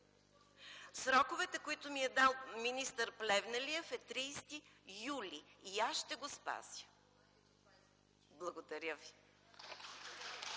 Срокът, които ми е дал министър Плевнелиев, е 30 юли и аз ще го спазя. Благодаря ви.